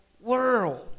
world